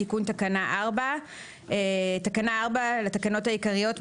תיקון תקנה 4 2. בתקנה 4 לתקנות העיקריות,